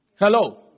Hello